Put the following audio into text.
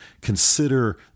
consider